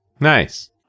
Nice